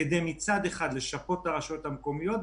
כדי מצד אחד לשפות את הרשויות המקומיות,